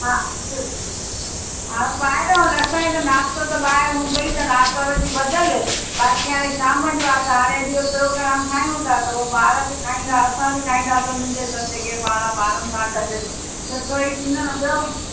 हा त हा ॿाहिरों असांजो त नाश्तो त ॿाहिरि हूंदो ई अथनि आरितवार ॾींहं ॿधयल बाक़ी हाणे शाम जो आहे त हाणे अॼु जो पोग्राम ठायूं था त पोइ ॿार बि खाईंदा असां बि खाईंदासीं उन जे सदिके पाण ॿारनि सां गॾु सुठो ई थींदो न ॿियो